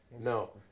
No